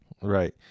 right